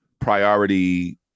priority